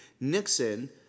Nixon